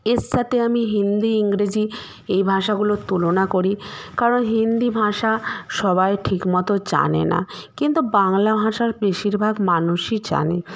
এর সাথে আমি হিন্দি ইংরেজি এই ভাষাগুলোর তুলনা করি কারণ হিন্দি ভাষা সবাই ঠিকমতো জানে না কিন্তু বাংলা ভাষার বেশিরভাগ মানুষই জানে